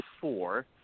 four